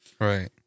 Right